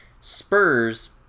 spurs